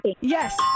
Yes